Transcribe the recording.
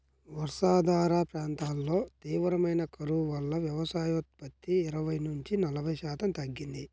వర్షాధార ప్రాంతాల్లో తీవ్రమైన కరువు వల్ల వ్యవసాయోత్పత్తి ఇరవై నుంచి నలభై శాతం తగ్గింది